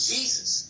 Jesus